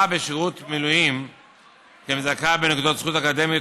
ההכרה בשירות מילואים כמזכה בנקודות זכות אקדמיות